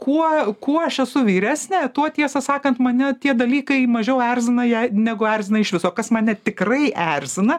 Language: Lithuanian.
kuo kuo aš esu vyresnė tuo tiesą sakan mane tie dalykai mažiau erzina jei negu erzina iš viso kas mane tikrai erzina